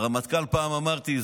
ופעם אמרתי,